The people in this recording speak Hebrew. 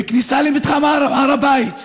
בכניסה למתחם הר הבית,